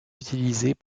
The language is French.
utilisées